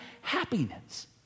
happiness